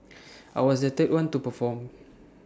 I was the third one to perform